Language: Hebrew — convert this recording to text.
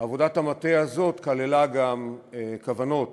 עבודת המטה הזאת כללה גם כוונות